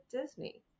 Disney